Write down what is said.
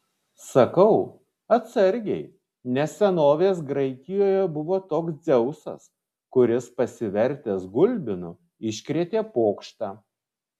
sakau atsargiai nes senovės graikijoje buvo toks dzeusas kuris pasivertęs gulbinu iškrėtė pokštą